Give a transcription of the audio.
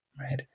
right